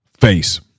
face